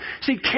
See